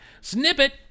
Snippet